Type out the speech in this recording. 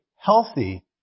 healthy